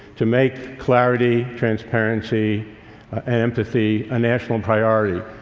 to make clarity, transparency and empathy a national priority.